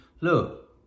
look